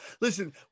Listen